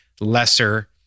lesser